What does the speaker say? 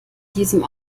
diesem